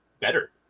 better